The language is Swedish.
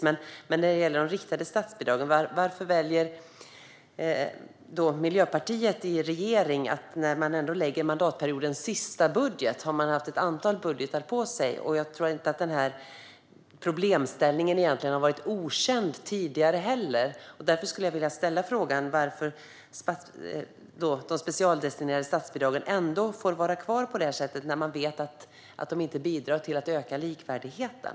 Men när det gäller de riktade statsbidragen: Ni har nu lagt fram mandatperiodens sista budget och har haft ett antal budgetar på er. Jag tror inte att den här problemställningen har varit okänd tidigare heller. Därför skulle jag vilja ställa frågan varför Miljöpartiet i regering väljer att låta de specialdestinerade statsbidragen vara kvar på det här sättet, när man vet att de inte bidrar till att öka likvärdigheten.